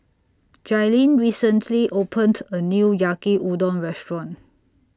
Jailyn recently opened A New Yaki Udon Restaurant